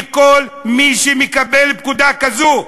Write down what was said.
לכל מי שמקבל פקודה כזאת.